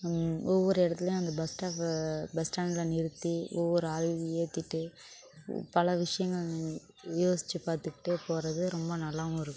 ஒவ்வொரு இடத்துலையும் அந்த பஸ் ஸ்டாப்பு பஸ் ஸ்டாண்ட்டில் நிறுத்தி ஒவ்வொரு ஆளேயும் ஏற்றிட்டு பல விஷயங்கள் யோசிச்சு பார்த்துட்டே போகிறது ரொம்ப நல்லாவும் இருக்கும்